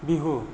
Bihu